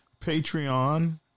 Patreon